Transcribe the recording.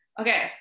okay